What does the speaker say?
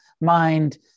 mind